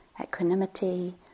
equanimity